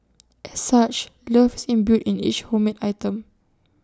as such love is imbued in each homemade item